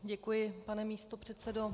Děkuji, pane místopředsedo.